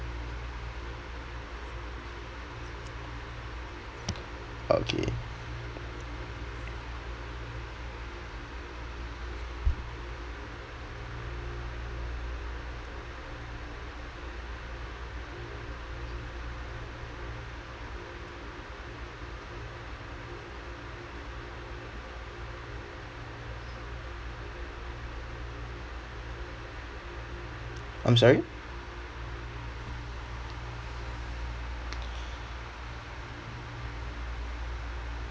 okay I'm sorry